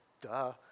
duh